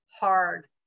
hard